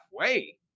halfway